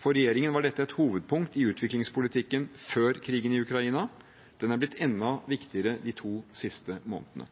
For regjeringen var dette et hovedpunkt i utviklingspolitikken før krigen i Ukraina. Det har blitt enda viktigere de siste to månedene.